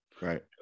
right